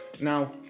now